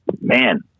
man